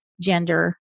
gender